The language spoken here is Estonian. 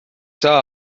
saa